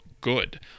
good